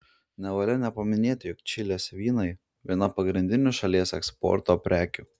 nevalia nepaminėti jog čilės vynai viena pagrindinių šalies eksporto prekių